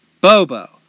Bobo